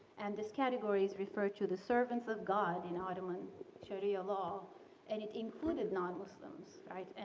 and these categories refer to the servants of god in ottoman sharia law and it included non-muslims, right. and